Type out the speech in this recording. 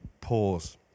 pause